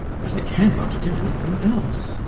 but i cannot do anything else.